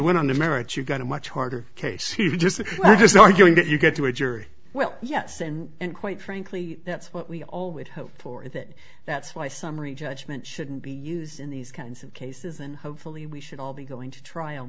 went on the merits you got a much harder case you just was arguing that you get to a jury well yes and quite frankly that's what we all would hope for that that's why summary judgment shouldn't be used in these kinds of cases and hopefully we should all be going to trial